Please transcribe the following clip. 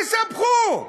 תספחו.